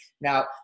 Now